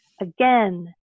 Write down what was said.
again